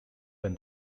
when